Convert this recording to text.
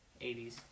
80s